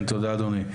תודה, אדוני.